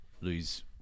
lose